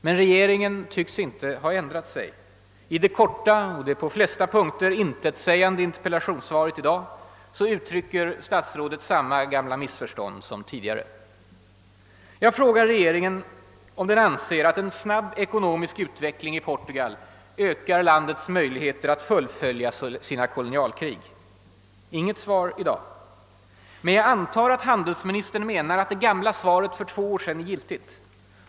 Men regeringen tycks inte ha ändrat sig. I det korta och på de flesta punkter intetsägande interpellationssvaret i dag uttrycker statsrådet samma gamla missförstånd som tidigare. Jag frågade om regeringen anser att en snabb ekonomisk utveckling i Portugal ökar landets möjligheter att fullfölja sina kolonialkrig. Inget svar i dag. Men jag antar att handelsministern menar att det gamla svaret för två år sedan är giltigt.